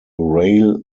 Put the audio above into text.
rail